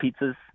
pizzas